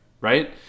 right